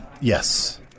Yes